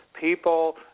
people